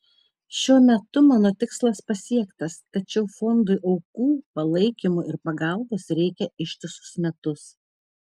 šiuo metu mano tikslas pasiektas tačiau fondui aukų palaikymo ir pagalbos reikia ištisus metus